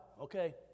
okay